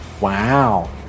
Wow